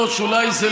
בזכות האופוזיציה.